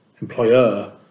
employer